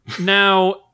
Now